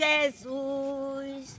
Jesus